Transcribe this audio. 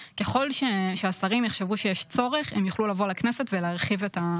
הסבירה במכתב את הצורך ואת הרצון,